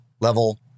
level